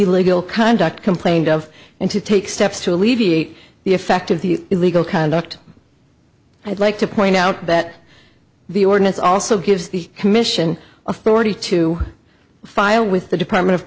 evil legal conduct complained of and to take steps to alleviate the effect of the illegal conduct i'd like to point out that the ordinance also gives the commission of florida to file with the department of